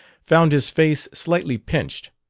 found his face slightly pinched